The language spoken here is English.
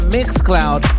Mixcloud